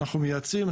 אנחנו מייעצים,